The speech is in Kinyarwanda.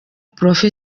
prof